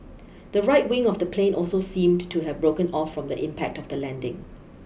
the right wing of the plane also seemed to have broken off from the impact of the landing